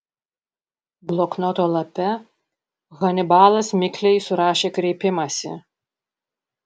bloknoto lape hanibalas mikliai surašė kreipimąsi